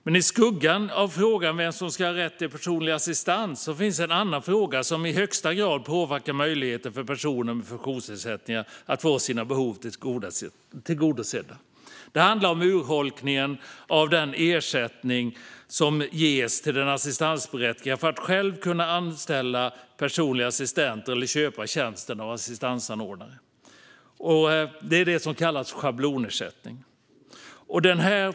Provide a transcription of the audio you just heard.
Men i skuggan av frågan om vem som ska ha rätt till personlig assistans finns en annan fråga som i högsta grad påverkar möjligheten för personer med funktionsnedsättningar att få sina behov tillgodosedda. Det handlar om urholkningen av den ersättning som ges till den assistansberättigade att själv kunna anställa personliga assistenter eller köpa tjänsten av en assistansanordnare. Detta kallas schablonersättning.